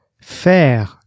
faire